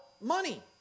money